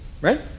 right